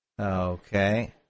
Okay